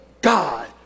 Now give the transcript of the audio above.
God